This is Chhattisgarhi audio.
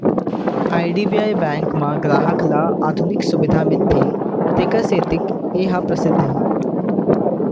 आई.डी.बी.आई बेंक म गराहक ल आधुनिक सुबिधा मिलथे तेखर सेती ए ह परसिद्ध हे